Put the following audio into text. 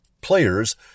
players